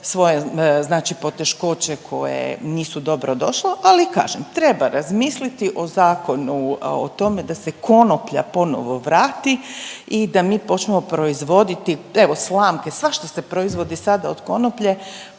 svoje znači poteškoće koje nisu dobro došle, ali kažem treba razmisliti o zakonu, o tome da se konoplja ponovo vrati i da mi počnemo proizvoditi evo slamke, svašta se proizvodi sada od konoplje,